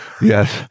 Yes